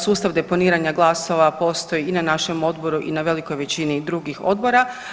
Sustav deponiranja glasova postoji i na našem odboru i na velikoj većini drugih odbora.